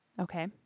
Okay